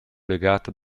legata